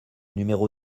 numéro